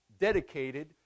dedicated